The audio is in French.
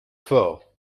fort